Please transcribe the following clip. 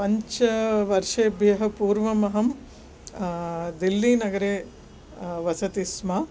पञ्चवर्षेभ्यः पूर्वमहं दिल्लीनगरे वसति स्म